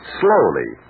slowly